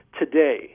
today